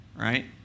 Right